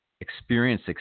experience